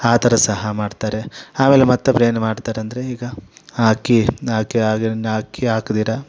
ಆ ಥರ ಸಹ ಮಾಡ್ತಾರೆ ಆಮೇಲೆ ಮತ್ತೊಬ್ಬರು ಏನು ಮಾಡ್ತಾರೆ ಅಂದರೆ ಈಗ ಅಕ್ಕಿ ಅಕ್ಕಿ ಅಕ್ಕಿ ಹಾಕದಿರ